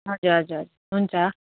हजुर हजुर हुन्छ